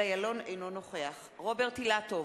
אינו נוכח רוברט אילטוב,